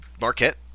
Marquette